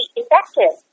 effective